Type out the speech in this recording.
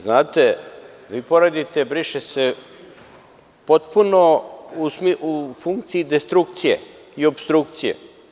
Znate, vi poredite „briše se“ potpuno u funkciji destrukcije i opstrukcije.